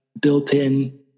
built-in